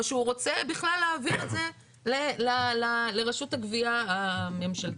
או שהוא רוצה להעביר את זה לרשות הגבייה הממשלתית.